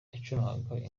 yacurangaga